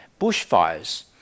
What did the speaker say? bushfires